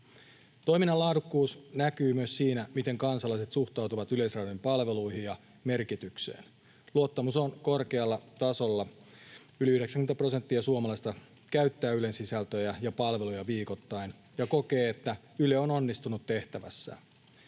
Toiminnan laadukkuus näkyy myös siinä, miten kansalaiset suhtautuvat Yleisradion palveluihin ja merkitykseen. Luottamus on korkealla tasolla. Yli 90 prosenttia suomalaisista käyttää Ylen sisältöjä ja palveluja viikoittain ja kokee, että Yle on onnistunut tehtävässään